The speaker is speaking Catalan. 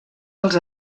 els